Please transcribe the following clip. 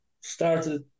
started